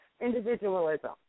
individualism